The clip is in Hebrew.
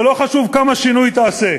זה לא חשוב כמה שינוי תעשה,